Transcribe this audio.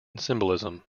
symbolism